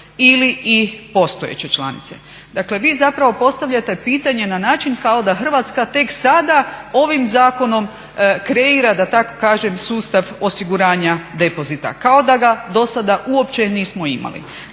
ili i postojeće članice? Dakle, vi zapravo postavljate pitanje na način kao da Hrvatska tek sada ovim zakonom kreira da tako kažem sustav osiguranja depozita, kao da ga dosada uopće nismo imali.